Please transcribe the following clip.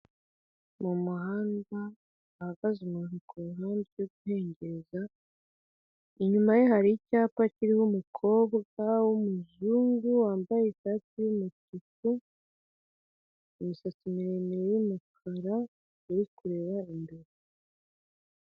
Ni umuhanda hahagaze umuntu kuruhande uri guhengeza, inyuma ye hari icyapa kiriho umukobwa w'umuzungu wambaye ishati y'umutuku imisatsi miremire y'umukara uri kureba imbere.